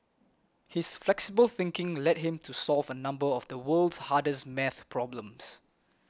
his flexible thinking led him to solve a number of the world's hardest math problems